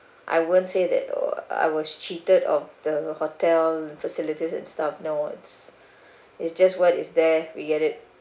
I wouldn't say that oh I was cheated of the hotel facilities and stuff no is is just what is there we get it